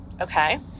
Okay